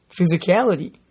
physicality